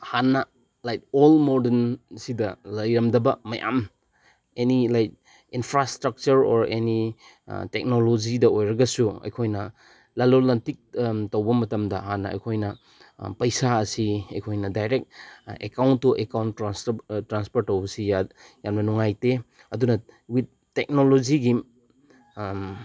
ꯍꯥꯟꯅ like all model ꯁꯤꯗ ꯂꯩꯔꯝꯗꯕ ꯃꯌꯥꯝ any like infrastructure or any ꯇꯦꯛꯅꯣꯂꯣꯖꯤꯗ ꯑꯣꯏꯔꯒꯁꯨ ꯑꯩꯈꯣꯏꯅ ꯂꯂꯣꯜ ꯏꯇꯤꯛ ꯇꯧꯕ ꯃꯇꯝꯗ ꯍꯥꯟꯅ ꯑꯩꯈꯣꯏꯅ ꯄꯩꯁꯥ ꯑꯁꯤ ꯑꯩꯈꯣꯏꯅ direct account to account transfer ꯇꯧꯕꯁꯤ ꯌꯥꯝꯅ ꯅꯨꯡꯉꯥꯏꯇꯦ ꯑꯗꯨꯅ ꯋꯤꯠ ꯇꯦꯛꯅꯣꯂꯣꯖꯤꯒꯤ